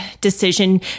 decision